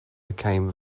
became